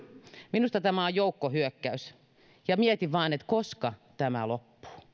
minusta tämä on joukkohyökkäys ja mietin vain että koska tämä loppuu